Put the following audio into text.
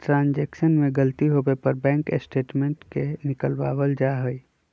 transaction में गलती होवे पर बैंक स्टेटमेंट के निकलवावल जा हई